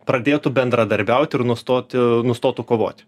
pradėtų bendradarbiaut ir nustoti nustotų kovoti